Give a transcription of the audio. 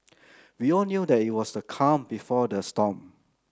we all knew that it was the calm before the storm